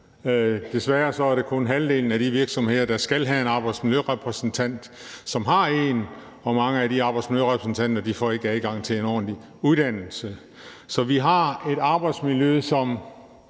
Desværre er det kun halvdelen af de virksomheder, der skal have en arbejdsmiljørepræsentant, som har en, og mange af arbejdsmiljørepræsentanterne får ikke adgang til en ordentlig uddannelse. Så vi har et arbejdsmiljø, som